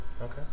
okay